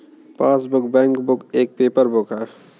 passbook, bankbook एक paper book है